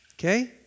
Okay